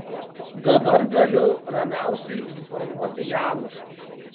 dabar galiu ramiausiai informuoti janušą